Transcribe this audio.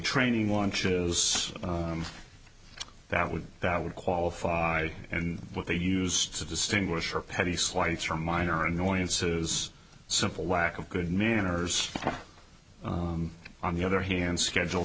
training one shows that would that would qualify and what they used to distinguish her petty slights from minor annoyances simple lack of good manners on the other hand schedule